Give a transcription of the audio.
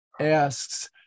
asks